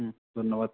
হুম ধন্যবাদ